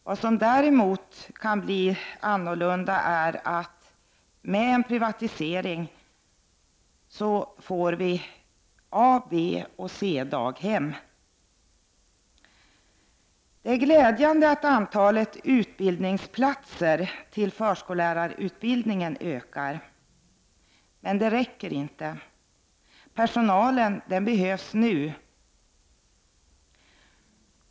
Det som kan bli annorlunda är att en privatisering kan medföra att vi får A-, B och C-daghem. Det är glädjande att antalet utbildningsplatser till förskollärarutbildningen ökar. Men det räcker inte. Personalen behövs nu.